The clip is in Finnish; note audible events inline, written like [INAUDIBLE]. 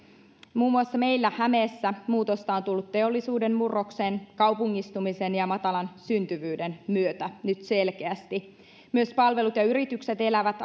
muun muassa meillä hämeessä muutosta on tullut teollisuuden murroksen kaupungistumisen ja matalan syntyvyyden myötä nyt selkeästi myös palvelut ja yritykset elävät [UNINTELLIGIBLE]